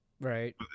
Right